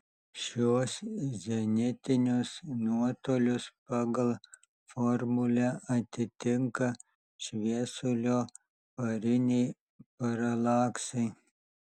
šiuos zenitinius nuotolius pagal formulę atitinka šviesulio pariniai paralaksai